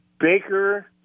Baker